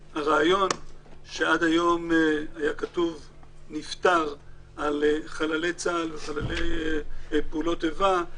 עד היום היה כתוב "נפטר" על חללי צה"ל וחללי פעולות איבה,